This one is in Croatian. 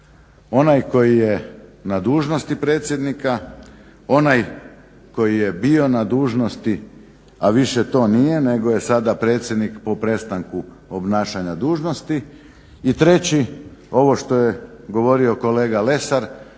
Onaj koji je na dužnosti predsjednika, onaj koji je bio na dužnosti a više to nije, nego je sada predsjednik po prestanku obnašanja dužnosti. I treći ovo što je govorio kolega Lesar